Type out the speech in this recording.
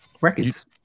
Records